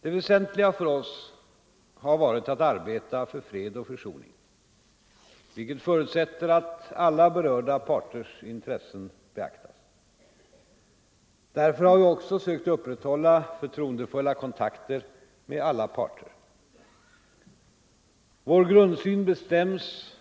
Det väsentliga har för oss varit att arbeta för fred och försoning, vilket förutsätter att alla berörda parters intressen beaktas. Därför har vi också sökt upprätthålla förtroendefulla kontakter med alla parter. Vår grundsyn bestäms